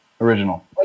original